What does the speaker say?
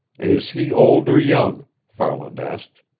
is he old or young? farland asked.